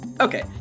Okay